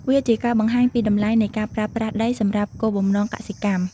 វាជាការបង្ហាញពីតម្លៃនៃការប្រើប្រាស់ដីសម្រាប់គោលបំណងកសិកម្ម។